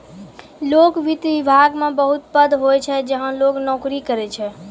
लोक वित्त विभाग मे बहुत पद होय छै जहां लोग नोकरी करै छै